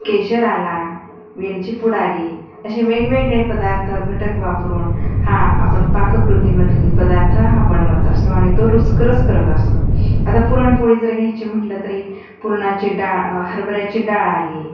केशर आला वेलची पूड आली असे वेगवेगळे पदार्थ घटक वापरून हा आपण पाककृतीमधील पदार्थ हा बनवत असतो आणि तो रुसकरच करत असतो आता पुरणपोळी जर घ्यायची म्हटलं तरी पुरणाची डाळ हरभऱ्याची डाळ आली